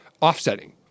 offsetting